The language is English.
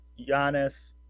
Giannis